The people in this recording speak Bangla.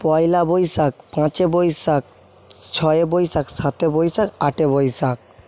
পয়লা বৈশাখ পাঁচই বৈশাখ ছয়ই বৈশাখ সাতই বৈশাখ আটই বৈশাখ